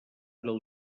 del